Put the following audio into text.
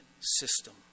system